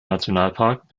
nationalpark